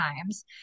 times